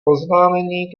oznámení